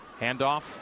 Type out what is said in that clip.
Handoff